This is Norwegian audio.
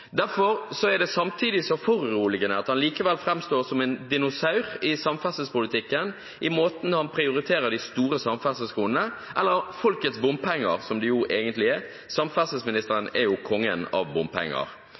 Derfor er det samtidig så foruroligende at han likevel framstår som en dinosaur i samferdselspolitikken i måten han prioriterer de store samferdselskronene på, eller folkets bompenger som de jo egentlig er. Samferdselsministeren er jo kongen av bompenger.